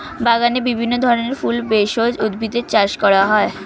বাগানে বিভিন্ন ধরনের ফুল, ভেষজ উদ্ভিদের চাষ করা হয়